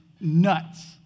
nuts